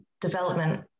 development